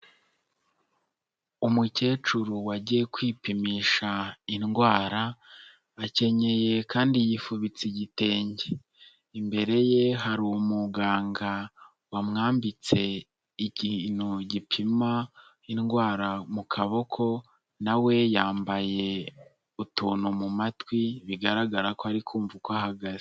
Umukecuru wagiye kwipimisha indwara akenyeye kandi yifubitse igitenge, imbere ye hari umuganga wamwambitse ikintu gipima indwara mu kaboko nawe we yambaye utuntu mu matwi bigaragara ko ari kumva uko ahagaze.